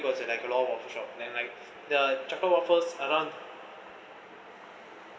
cause you like a lot of waffle shop then like the charcoal waffles around